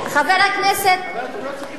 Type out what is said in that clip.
חבר הכנסת,